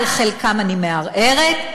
על חלקן אני מערערת,